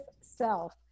self